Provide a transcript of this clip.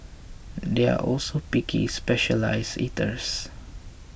they are also picky specialised eaters